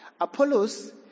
Apollos